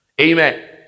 Amen